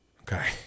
Okay